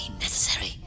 necessary